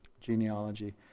genealogy